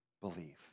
believe